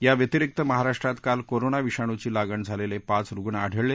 या व्यतिरिक्त महाराष्ट्रात काल कोरोना विषाणूची लागण झालेले पाच रुण आढळले